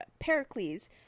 pericles